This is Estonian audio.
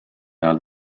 ajal